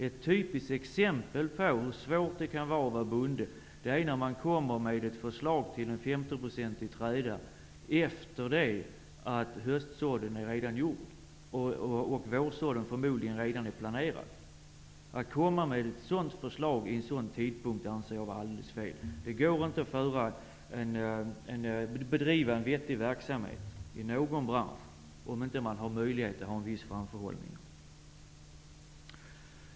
Ett typiskt exempel på hur svårt det kan vara att vara bonde är när man kommer med ett förslag till en 50-procentig träda efter det att höstsådden redan är gjord och vårsådden förmodligen redan är planerad. Att lägga fram ett sådant förslag vid en sådan tidpunkt anser jag vara alldeles fel. Det går inte att bedriva en vettig verksamhet i någon bransch, om man inte har möjlighet att ha en viss framförhållning.